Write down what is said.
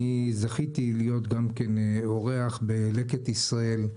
זכיתי להיות אורח בלקט ישראל,